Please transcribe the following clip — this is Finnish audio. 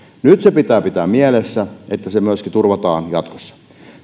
nyt pitää pitää mielessä että se myöskin turvataan jatkossa